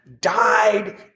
died